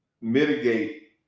mitigate